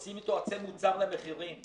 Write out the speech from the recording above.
עושים איתו הסכם מוגדר למחירים.